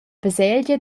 baselgia